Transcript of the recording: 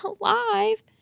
alive